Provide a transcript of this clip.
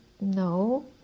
No